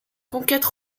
conquête